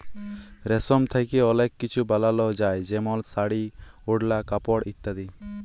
রেশম থ্যাকে অলেক কিছু বালাল যায় যেমল শাড়ি, ওড়লা, কাপড় ইত্যাদি